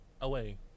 away